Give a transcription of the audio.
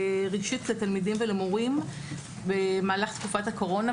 רגשית לתלמידים ולמורים במהלך תקופת הקורונה,